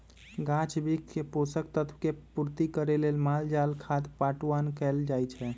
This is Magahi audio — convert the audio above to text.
गाछ वृक्ष के पोषक तत्व के पूर्ति करे लेल माल जाल खाद पटाओन कएल जाए छै